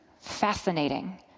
fascinating